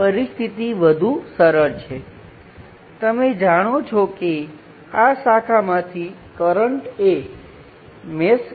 અને વાસ્તવમાં જો તમારી પાસે આવી સર્કિટ હોય અને તમારી પાસે અહીં આ વાયર છે તો અહીં આ વાયરમાં કરંટ શૂન્ય હશે